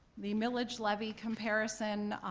the millage levy comparison,